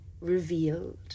revealed